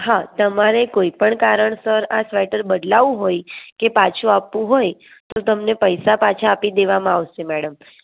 હા તમારે કોઈ પણ કારણ સર આ સ્વેટર બદલાવું હોય કે પાછું આપવું હોય તો તમને પઈશાં પાછા આપી દેવામાં આવસે મેડમ